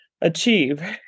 achieve